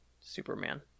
Superman